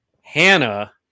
Hannah